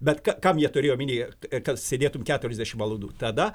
bet ką kam jie turėjo omenyje kad sėdėtum keturiasdešimt valandų tada